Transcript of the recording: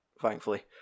thankfully